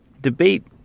debate